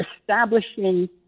establishing